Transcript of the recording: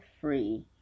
free